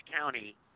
County